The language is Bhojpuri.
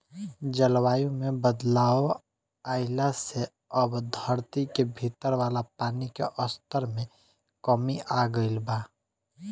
जलवायु में बदलाव आइला से अब धरती के भीतर वाला पानी के स्तर में कमी आ गईल बा